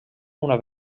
una